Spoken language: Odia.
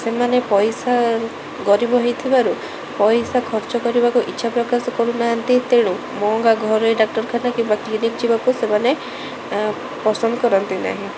ସେମାନେ ପଇସା ଗରିବ ହୋଇଥିବାରୁ ପଇସା ଖର୍ଚ କରିବାକୁ ଇଚ୍ଛା ପ୍ରକାଶ କରୁନାହାନ୍ତି ତେଣୁ ମଅଙ୍ଗା ଘରେ ଡାକ୍ତରଖାନ କିମ୍ବା କ୍ଲିନିକ ଯିବାକୁ ସେମାନେ ପସନ୍ଦ କରନ୍ତି ନାହିଁ